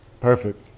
Perfect